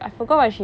oh